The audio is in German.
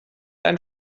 einen